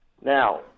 Now